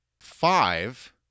five